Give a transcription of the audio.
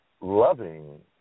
loving